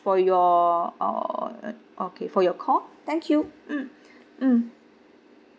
for your uh okay for your call thank you mm mm